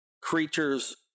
creature's